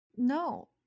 No